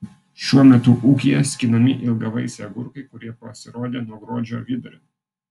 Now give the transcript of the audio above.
šiuo metu ūkyje skinami ilgavaisiai agurkai kurie pasirodė nuo gruodžio vidurio